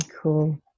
cool